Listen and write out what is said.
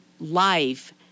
life